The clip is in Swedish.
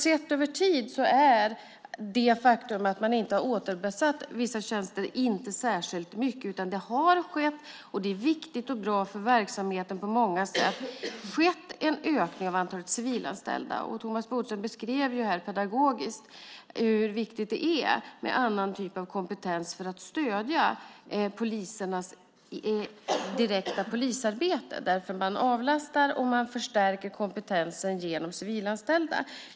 Sett över tid är det inte särskilt mycket att man inte återbesatt vissa tjänster. Det är på många sätt viktigt och bra för verksamheten att det skett en ökning av antalet civilanställda. Thomas Bodström beskrev på ett pedagogiskt sätt hur viktigt det är med annan typ av kompetens för att stödja det direkta polisarbetet genom att avlasta och förstärka kompetensen med civilanställda.